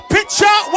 Picture